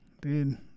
Dude